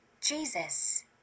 Jesus